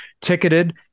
ticketed